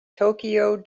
tokyo